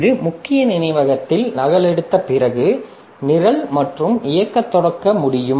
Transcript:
இது முக்கிய நினைவகத்தில் நகலெடுத்த பிறகு நிரல் மட்டுமே இயக்கத் தொடங்க முடியும்